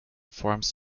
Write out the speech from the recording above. forms